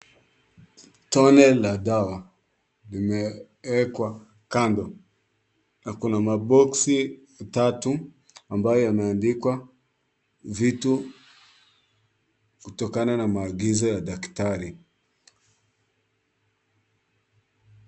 Tone la dawa. Limewekwa kando. Na kuna maboksi tatu ambayo yameandikwa vitu kutokana na maagizo ya daktari.